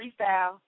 freestyle